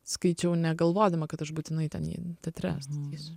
skaičiau negalvodama kad aš būtinai ten jį teatre statysiu